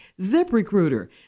ZipRecruiter